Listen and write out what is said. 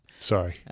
Sorry